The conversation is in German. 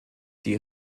die